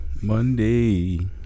Monday